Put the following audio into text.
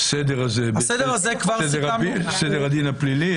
בסדר הדין הפלילי?